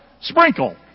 Sprinkle